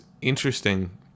interesting